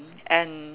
and